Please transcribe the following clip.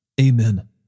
Amen